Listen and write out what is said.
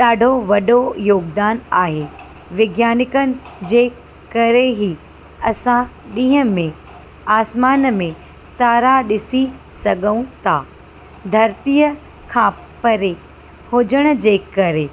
ॾाढो वॾो योगदनु आहे विज्ञानिकनि जे करे ई असां ॾींहं में आसमान में तारा ॾिसी सघूं था धरतीअ खां परे हुजण जे करे